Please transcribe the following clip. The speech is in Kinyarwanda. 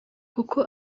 kuko